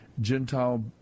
Gentile